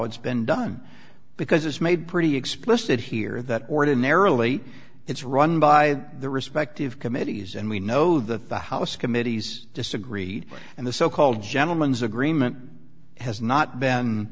it's been done because it's made pretty explicit here that ordinarily it's run by by the respective committees and we know that the house committees disagreed and the so called gentleman's agreement has not been